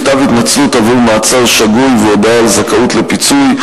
מכתב התנצלות עבור מעצר שגוי והודעה על זכאות לפיצוי),